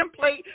template